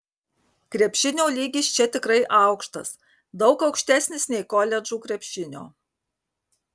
krepšinio lygis čia tikrai aukštas daug aukštesnis nei koledžų krepšinio